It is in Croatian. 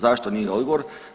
Zašto nije odgovor?